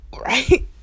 right